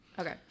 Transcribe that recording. Okay